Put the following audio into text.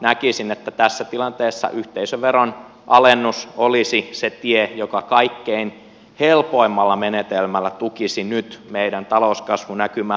näkisin että tässä tilanteessa yhteisöveron alennus olisi se tie joka kaikkein helpoimmalla menetelmällä tukisi nyt meidän talouskasvunäkymää